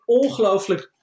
ongelooflijk